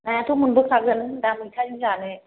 नायाथ' मोनबो खागोन दा मैथाजों जानो